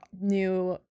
new